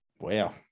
Wow